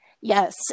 Yes